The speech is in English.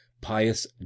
pious